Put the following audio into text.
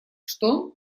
что